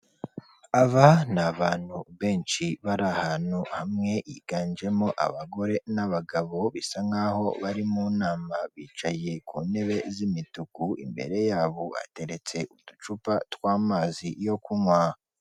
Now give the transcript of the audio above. Aba ni abantu benshi, bari ahantu hamwe, higanjemo abagore n'abagabo, bisa nkaho bari mu nama, bicaye ku ntebe z'imituku, imbere yabo ateretse uducupa tw'amazi yo kunywa.